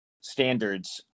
standards